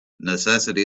necessity